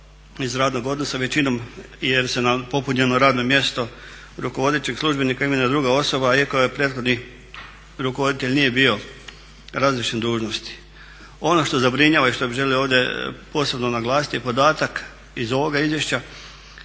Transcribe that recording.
iz radnog odnosa većinom, jer se na popunjeno radno mjesto rukovodećeg službenika imenuje druga osoba iako prethodni rukovoditelj nije bio razriješen dužnosti. Ono što zabrinjava i što bih želio ovdje posebno naglasiti je podatak iz ovoga izvješća